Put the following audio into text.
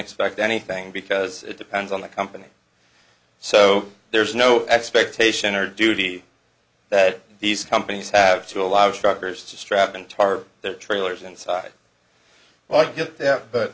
expect anything because it depends on the company so there's no expectation or duty that these companies have to allow truckers to strap in tar trailers inside well i get that but